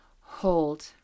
hold